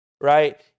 Right